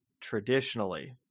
Traditionally